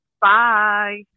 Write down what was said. Bye